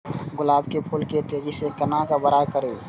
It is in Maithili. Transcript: गुलाब के फूल के तेजी से केना बड़ा करिए?